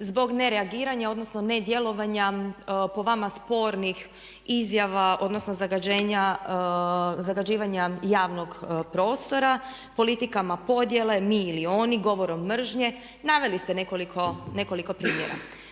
zbog nereagiranja odnosno nedjelovanja po vama spornih izjava odnosno zagađivanja javnog prostora politikama podjele mi ili oni, govorom mržnje naveli ste nekoliko primjera.